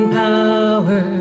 power